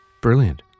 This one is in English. Brilliant